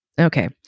Okay